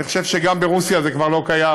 אני חושב שגם ברוסיה זה כבר לא קיים,